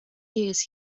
years